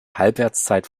halbwertszeit